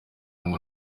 ngo